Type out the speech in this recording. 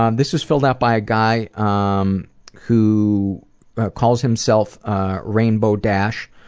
um this was filled out by a guy um who calls himself rainbow dash,